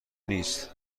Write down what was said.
نیست